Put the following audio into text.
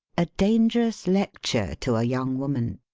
a dangerous lecture to a young woman